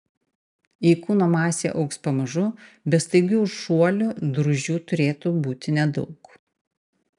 jei kūno masė augs pamažu be staigių šuolių drūžių turėtų būti nedaug